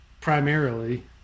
primarily